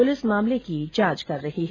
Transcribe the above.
police मामले की जांच कर रही है